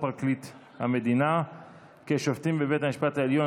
פרקליט המדינה כשופטים בבית המשפט העליון),